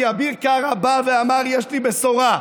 כי אביר קרא בא ואמר: יש לי בשורה,